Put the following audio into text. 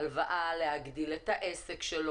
הלוואה להגדלת העסק,